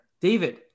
David